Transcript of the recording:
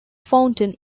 fountain